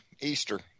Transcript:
Easter